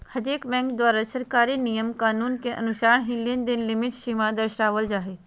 हरेक बैंक द्वारा सरकारी नियम कानून के अनुसार ही लेनदेन लिमिट सीमा दरसावल जा हय